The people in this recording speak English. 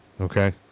okay